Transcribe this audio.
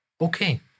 Okay